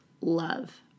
love